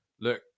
look